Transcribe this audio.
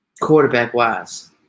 Quarterback-wise